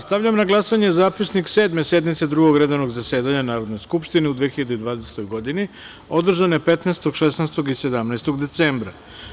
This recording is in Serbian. Stavljam na glasanje Zapisnik Sedme sednice Drugog redovnog zasedanja Narodne skupštine Replike Srbije u 2020. godini, održane 15, 16. i 17. decembra.